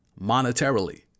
monetarily